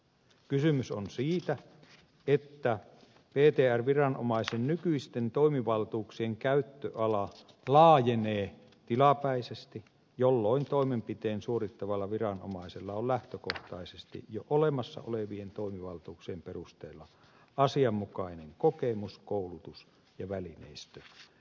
kysymys on siitä että ptr viranomaisen nykyisten toimivaltuuksien käyttöala laajenee tilapäisesti jolloin toimenpiteen suorittavalla viranomaisella on lähtökohtaisesti jo olemassa olevien toimivaltuuksien perusteella asianmukainen kokemus koulutus välineistö ja muu varautuminen